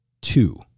Two